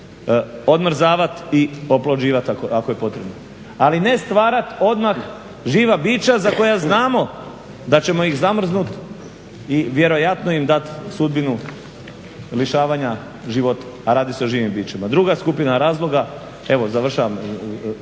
odmrzavati i oplođivati ako je potrebno. Ali ne stvarati odmah živa bića za koja znamo da ćemo ih zamrznuti i vjerojatno im dati sudbinu lišavanja života, a radi se o živim bićima. Druga skupina razloga, evo završavam,